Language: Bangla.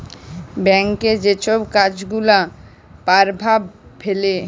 ব্যাংকের যে ছব কাজ গুলা পরভাব ফেলে